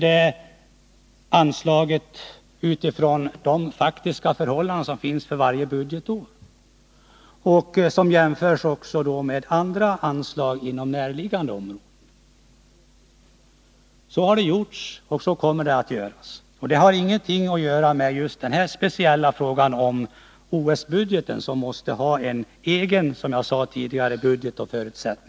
Idrottsanslaget bedöms utifrån de faktiska förhållanden som föreligger varje budgetår och jämförs med andra anslag inom näraliggande områden. Så har skett hittills, och så kommer att ske. Det har ingenting att göra med denna speciella fråga om ett eventuellt OS-arrangemang, som ju måste ha en egen budget. Herr talman!